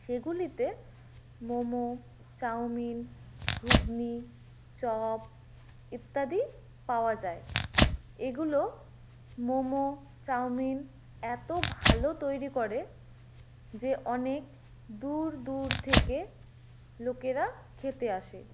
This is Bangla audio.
সেগুলিতে মোমো চাউমিন ঘুগনি চপ ইত্যাদি পাওয়া যায় এগুলো মোমো চাউমিন এত ভালো তৈরি করে যে অনেক দূর দূর থেকে লোকেরা খেতে আসে